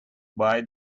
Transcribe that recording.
buy